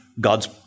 God's